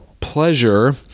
pleasure